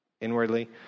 inwardly